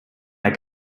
der